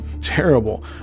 terrible